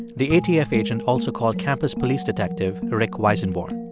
the atf agent also called campus police detective rick weissenborn.